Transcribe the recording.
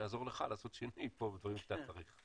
אעזור לך לעשות שינוי פה בדברים שאתה צריך.